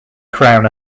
crown